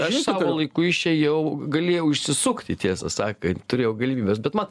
aš savo laiku išėjau galėjau išsisukti tiesą sakant turėjau galimybes bet man